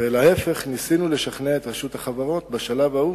ולהיפך: ניסינו לשכנע את רשות החברות, בשלב ההוא,